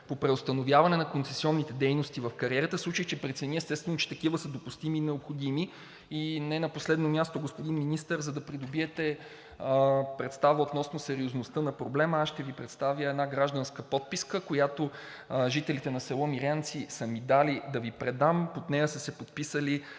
по преустановяване на концесионните дейности в кариерата, в случай че прецени, естествено, че такива са допустими и необходими? И не на последно място, господин Министър, за да придобиете представа относно сериозността на проблема, аз ще Ви представя една гражданска подписка, която жителите на село Мирянци са ми дали да Ви я предам – под нея са се подписали